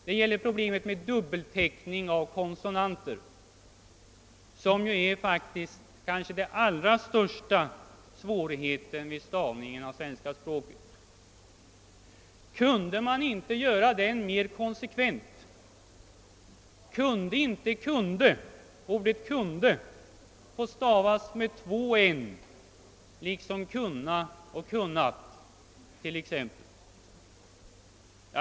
Det gäller proble met med dubbelteckning av konsonanter, som kanske erbjuder den allra största svårigheten vid stavningen av svenska språket. Kunde man inte göra den mera konsekvent och låta t.ex. ordet »kunde» stavas med två n liksom »kunna» och »kunnat«.